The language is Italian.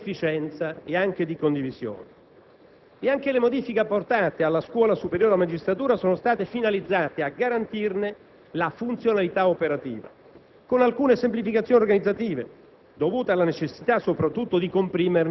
Non guerre puniche, dunque, ma laica ricerca di efficienza e anche di condivisione. Anche le modifiche apportate alla Scuola superiore della magistratura sono state finalizzate a garantirne la funzionalità operativa,